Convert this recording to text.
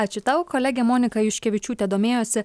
ačiū tau kolegė monika juškevičiūtė domėjosi